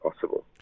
possible